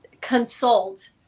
consult